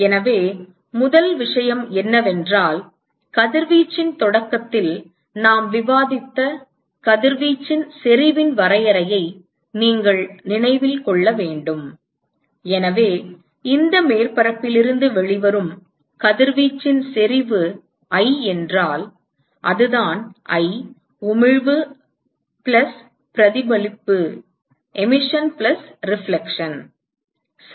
எனவே முதல் விஷயம் என்னவென்றால் கதிர்வீச்சின் தொடக்கத்தில் நாம் விவாதித்த கதிர்வீச்சின் செறிவின் வரையறையை நீங்கள் நினைவில் கொள்ள வேண்டும் எனவே இந்த மேற்பரப்பில் இருந்து வெளிவரும் கதிர்வீச்சின் செறிவு I என்றால் அதுதான் i உமிழ்வு பிளஸ் பிரதிபலிப்பு சரி